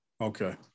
Okay